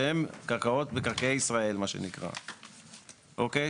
שהן קרקעות מקרקעי ישראל, מה שנקרא, אוקיי?